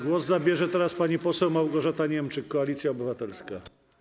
Głos zabierze teraz pani poseł Małgorzata Niemczyk, Koalicja Obywatelska.